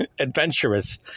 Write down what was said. adventurous